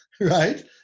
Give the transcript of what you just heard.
Right